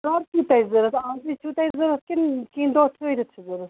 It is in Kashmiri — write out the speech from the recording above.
کر چھُو تۄہہِ ضروٗرت آزٕے چھُو تۄہہِ ضروٗرت کِنہٕ کیٚنٛہہ دۄہ ٹھہرِتھ چھُو ضروٗرت